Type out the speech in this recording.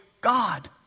God